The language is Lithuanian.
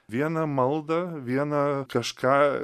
vieną maldą vieną kažką